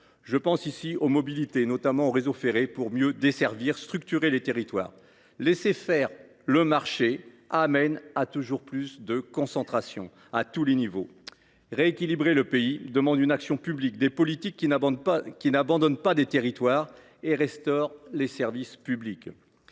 Je pense aux mobilités, notamment au réseau ferré, pour mieux desservir et structurer les territoires. Laisser faire le marché amène à toujours plus de concentration, et ce à tous les niveaux. Rééquilibrer notre pays demande une action publique au travers de politiques qui n’abandonnent pas des territoires et restaurent les services publics.